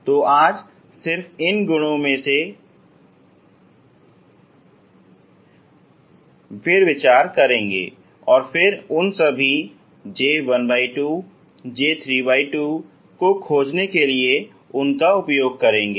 तो आज हम सिर्फ इन गुणों में फिर से विचार करेंगे और फिर उन सभी J12 J32 को खोजने के लिए उनका उपयोग करेंगे